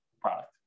product